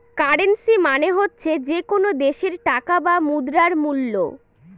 currency মানে হচ্ছে যে কোনো দেশের টাকা বা মুদ্রার মুল্য